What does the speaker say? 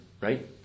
right